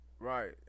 Right